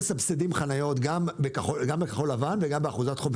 מסבסדים חניות גם בכחול לבן וגם באחוזת חוף.